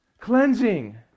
cleansing